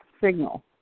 signal